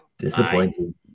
Disappointing